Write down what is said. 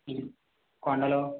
hill కొండలు